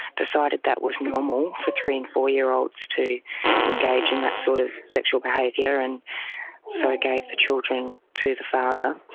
decided that that was normal for three and four year olds to engage in that sort of sexual behaviour and so gave the children to the father,